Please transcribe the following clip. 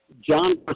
John